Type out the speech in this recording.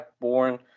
born